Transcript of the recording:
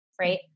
Right